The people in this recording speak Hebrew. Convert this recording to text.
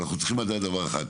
אנחנו צריכים, עדיין, דבר אחד: